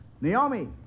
Naomi